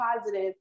positive